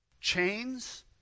chains